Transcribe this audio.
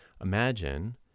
imagine